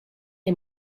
les